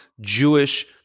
Jewish